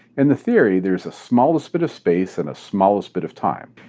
in the theory, there is a smallest bit of space and a smallest bit of time.